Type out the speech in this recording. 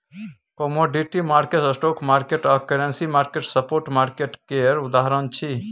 commodity market, stock market आ currency market spot market केर उदाहरण छै